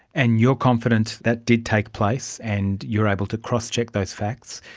and you're confident that did take place and you're able to crosscheck those facts.